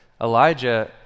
Elijah